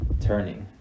turning